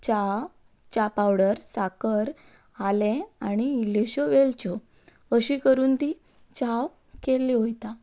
च्या च्या पावडर साकर आलें आनी इल्लेश्यो वेलच्यो अशें करून ती च्या केल्ली वता